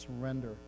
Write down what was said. surrender